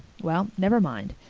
well, never mind.